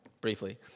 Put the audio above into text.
briefly